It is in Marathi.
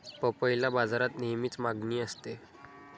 पपईला बाजारात नेहमीच मागणी असते